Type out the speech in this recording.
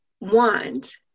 want